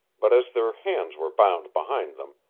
but as their hands were bound behind them,